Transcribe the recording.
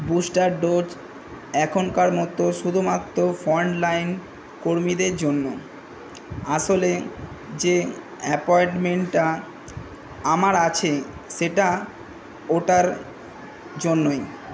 booster dose এখনকার মতো শুধুমাত্র ফ্রন্টলাইন কর্মীদের জন্য আসলে যে অ্যাপয়েন্টমেন্টটা আমার আছে সেটা ওটার জন্যই